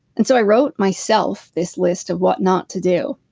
and so i wrote myself this list of what not to do.